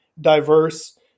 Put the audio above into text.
diverse